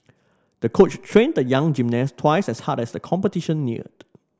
the coach trained the young gymnast twice as hard as the competition neared